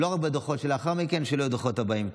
לא רק בדוחות שלאחר מכן, בשביל הדוחות הבאים.